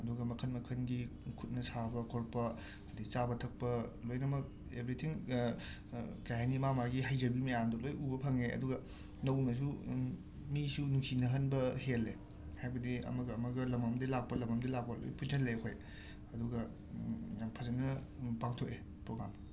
ꯗꯨꯒ ꯃꯈꯟ ꯃꯈꯟꯒꯤ ꯈꯨꯠꯅ ꯁꯥꯕ ꯈꯣꯠꯄ ꯆꯥꯕ ꯊꯛꯄ ꯂꯣꯏꯅꯃꯛ ꯑꯦꯕ꯭ꯔꯤꯊꯤꯡ ꯀꯩ ꯍꯥꯏꯅꯤ ꯃꯥ ꯃꯥꯒꯤ ꯍꯩꯖꯕꯤ ꯃꯌꯥꯝꯗꯣ ꯂꯣꯏꯅ ꯎꯕ ꯐꯪꯉꯦ ꯑꯗꯨꯒ ꯅꯧꯅꯁꯨ ꯃꯤꯁꯨ ꯅꯨꯡꯁꯤꯅꯍꯟꯕ ꯍꯦꯜꯂꯦ ꯍꯥꯏꯕꯗꯤ ꯑꯃꯒ ꯑꯃꯒ ꯂꯝ ꯑꯝꯗꯩ ꯂꯥꯛꯄ ꯂꯝ ꯑꯝꯗꯩ ꯂꯥꯛꯄ ꯂꯣꯏ ꯄꯨꯟꯓꯜꯂꯦ ꯑꯩꯈꯣꯏ ꯗꯨꯒ ꯌꯥꯝ ꯐꯖꯟꯅ ꯄꯥꯡꯊꯣꯑꯦ ꯄ꯭ꯔꯣꯒ꯭ꯔꯥꯝ